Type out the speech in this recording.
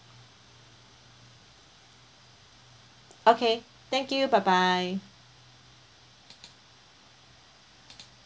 okay thank you bye bye